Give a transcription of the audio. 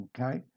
okay